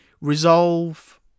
resolve